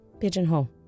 Pigeonhole